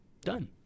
done